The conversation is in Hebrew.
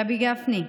רבי גפני,